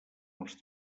els